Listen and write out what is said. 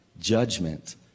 judgment